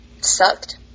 sucked